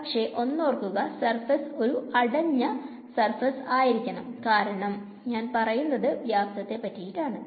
പക്ഷെ ഒന്നോർക്കുക സർഫേസ് ഒരു അടങ്ക സർഫേസ് ആയിരിക്കണം കരണം ഞാൻ പറയുന്നത് വ്യാപ്തത്തെ പറ്റിയാണ്